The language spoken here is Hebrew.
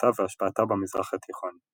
מעורבותה והשפעתה במזרח התיכון.